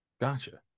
Gotcha